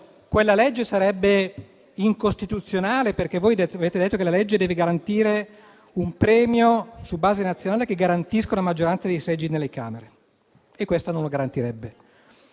quella legge sarebbe incostituzionale, perché voi avete detto che la legge deve garantire un premio su base nazionale che garantisca la maggioranza dei seggi nelle Camere e questa non lo garantirebbe;